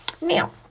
Now